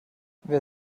wer